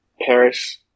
Paris